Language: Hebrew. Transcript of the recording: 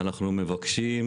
אנחנו מבקשים